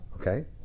Okay